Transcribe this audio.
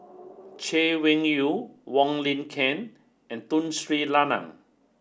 Chay Weng Yew Wong Lin Ken and Tun Sri Lanang